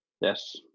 Yes